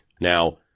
Now